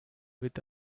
with